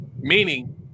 meaning